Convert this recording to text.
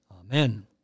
Amen